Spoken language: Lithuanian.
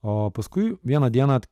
o paskui vieną dieną